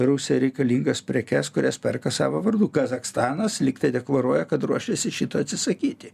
rusija reikalingas prekes kurias perka savo vardu kazachstanas lyg tai deklaruoja kad ruošiasi šito atsisakyti